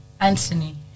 Anthony